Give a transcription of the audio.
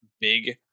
big